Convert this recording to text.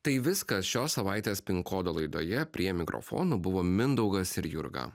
tai viskas šios savaitės pin kodo laidoje prie mikrofonų buvo mindaugas ir jurga